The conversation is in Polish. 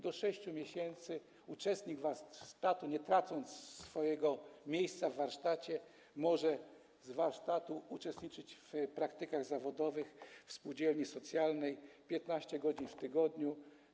Do 6 miesięcy uczestnik warsztatu, nie tracąc swojego miejsca w warsztacie, może z warsztatu uczestniczyć w praktykach zawodowych w spółdzielni socjalnej, 15 godzin w tygodniu.